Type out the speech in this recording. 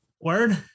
word